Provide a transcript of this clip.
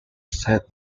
set